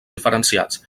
diferenciats